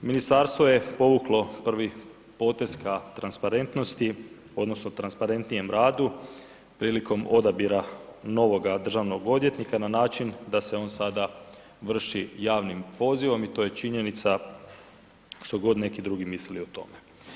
Ministarstvo je povuklo prvi potez ka transparentnosti odnosno transparentnijem radu prilikom odabira novoga državnog odvjetnika na način da se on sada vrši javnim pozivom i to je činjenica što god neki drugi mislili o tome.